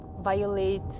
violate